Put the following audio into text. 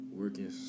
working